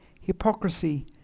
hypocrisy